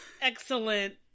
Excellent